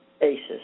basis